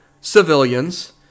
civilians